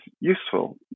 useful